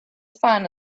find